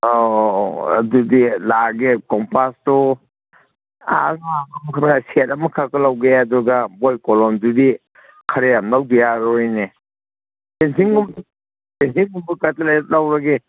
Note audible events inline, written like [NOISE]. ꯑꯣ ꯑꯗꯨꯗꯤ ꯂꯥꯛꯑꯒꯦ ꯀꯣꯝꯄꯥꯁꯇꯨ [UNINTELLIGIBLE] ꯁꯦꯠ ꯑꯃꯈꯛꯀ ꯂꯧꯒꯦ ꯑꯗꯨꯒ ꯕꯣꯏ ꯀꯣꯂꯣꯝꯗꯨꯗꯤ ꯈꯔ ꯌꯥꯝ ꯂꯧꯗ ꯌꯥꯔꯣꯏꯅꯦ ꯄꯦꯟꯁꯤꯟꯒꯨꯝꯕ [UNINTELLIGIBLE] ꯂꯩꯔꯒꯦ